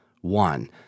one